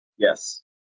Yes